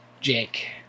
Jake